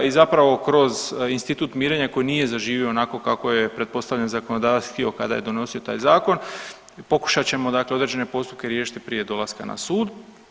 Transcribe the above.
I zapravo kroz institut mirenja koji nije zaživio onako kako je pretpostavljam zakonodavac htio kada je donosio taj zakon, pokušat ćemo dakle određene postupke riješiti prije dolaska na sud.